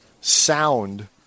sound